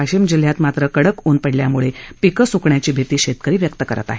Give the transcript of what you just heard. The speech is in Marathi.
वाशिम जिल्ह्यात मात्र कडक ऊन पडल्यामुळे पिक स्कण्याची भिती शेतकरी व्यक्त करत आहेत